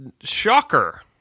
Shocker